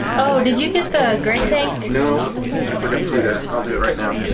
oh did you get the grey tank? no i forgot to do that, i'll do it right now